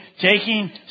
taking